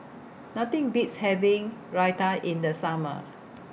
Nothing Beats having Raita in The Summer